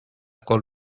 col